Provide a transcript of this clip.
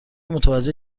متوجه